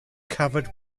covered